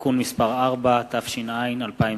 (תיקון מס' 4), התש”ע 2009,